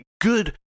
Good